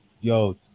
yo